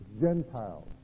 Gentiles